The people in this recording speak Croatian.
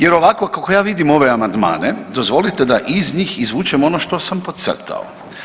Jer ovako kako ja vidim ove amandmane, dozvolite da iz njih izvučem ono što sam podcrtao.